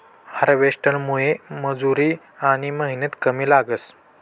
हार्वेस्टरमुये मजुरी आनी मेहनत कमी लागस